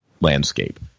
landscape